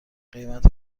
قیمت